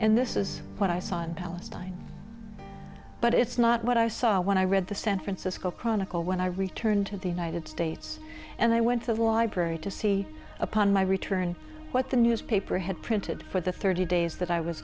and this is what i saw in palestine but it's not what i saw when i read the san francisco chronicle when i returned to the united states and i went to the library to see upon my return what the newspaper had printed for the thirty days that i was